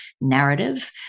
narrative